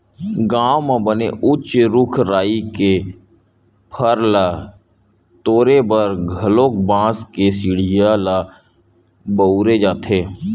गाँव म बने उच्च रूख राई के फर ल तोरे बर घलोक बांस के सिड़िया ल बउरे जाथे